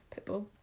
Pitbull